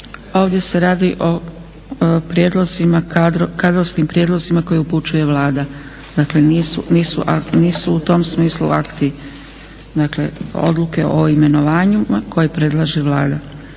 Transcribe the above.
prijedlozima, kadrovskim prijedlozima koje upućuje Vlada, dakle nisu u tom smislu akti, odluke o imenovanju koje predlaže Vlada.